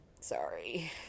sorry